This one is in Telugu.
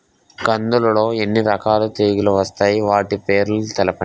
కందులు లో ఎన్ని రకాల తెగులు వస్తాయి? వాటి పేర్లను తెలపండి?